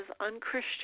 unchristian